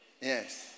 Yes